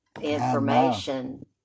information